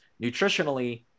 nutritionally